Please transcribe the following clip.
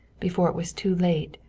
before it was too late,